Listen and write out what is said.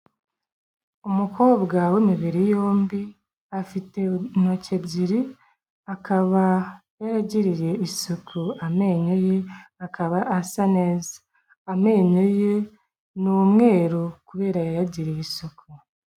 Umukobwa w'imibiri yombi afite intoki ebyiri, akaba yaragiriye isuku amenyo ye akaba asa neza, amenyo ye ni umweru kubera yayagiriye isuku.